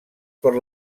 per